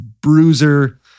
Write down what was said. bruiser